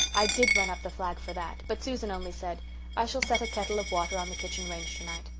i did run up the flag for that but susan only said i shall set a kettle of water on the kitchen range tonight.